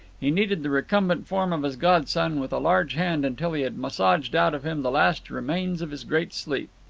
he kneaded the recumbent form of his godson with a large hand until he had massaged out of him the last remains of his great sleep.